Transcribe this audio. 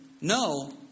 no